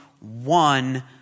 one